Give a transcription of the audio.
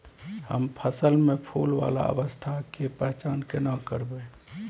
हम फसल में फुल वाला अवस्था के पहचान केना करबै?